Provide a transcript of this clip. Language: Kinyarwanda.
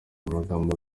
magambo